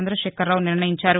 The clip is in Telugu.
చంద శేఖర్ రావు నిర్ణయించారు